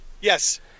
Yes